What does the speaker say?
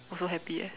also happy eh